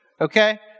Okay